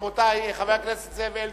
רבותי, חבר הכנסת זאב אלקין,